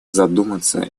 задуматься